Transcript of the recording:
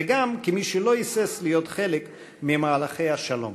וגם כמי שלא היסס להיות חלק ממהלכי השלום.